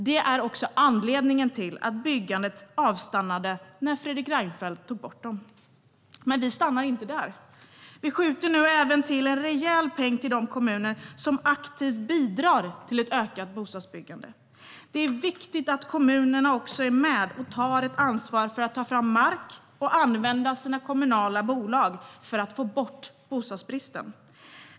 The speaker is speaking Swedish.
Det är också anledningen till att byggandet avstannade när Fredrik Reinfeldt tog bort det. Men vi stannar inte där. Vi skjuter nu även till en rejäl peng till de kommuner som aktivt bidrar till ett ökat bostadsbyggande. Det är viktigt att också kommunerna är med och tar ett ansvar för att ta fram mark och använda sina kommunala bolag för att få bort bostadsbristen.